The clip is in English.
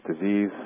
Disease